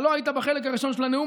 אתה לא היית בחלק הראשון של הנאום,